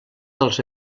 dels